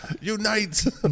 Unite